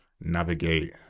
navigate